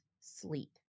sleep